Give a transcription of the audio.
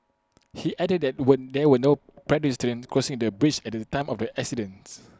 he added that were there were no pedestrians crossing the bridge at the time of the accident